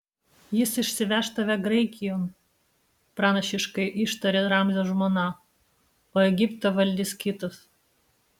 jis išsiveš tave graikijon pranašiškai ištarė ramzio žmona o egiptą valdys kitas